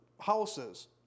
houses